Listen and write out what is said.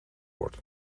wordt